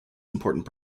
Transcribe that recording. important